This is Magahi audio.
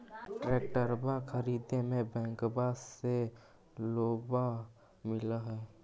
ट्रैक्टरबा खरीदे मे बैंकबा से लोंबा मिल है?